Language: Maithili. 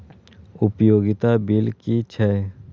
उपयोगिता बिल कि छै?